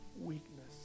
weakness